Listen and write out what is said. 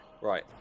Right